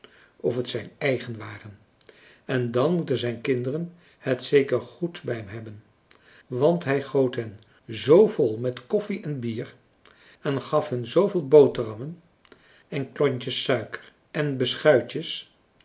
of het zijn eigen waren en dan moeten zijn kinderen het zeker goed bij hem hebben want hij françois haverschmidt familie en kennissen goot hen zoo vol met koffie en bier en gaf hun zooveel boterhammen en klontjes suiker en beschuitjes